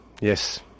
yes